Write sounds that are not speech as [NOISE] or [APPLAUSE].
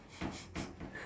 [LAUGHS]